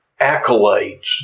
accolades